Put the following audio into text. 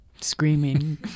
screaming